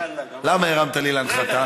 למה הרמת לי להנחתה?